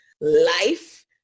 life